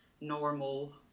normal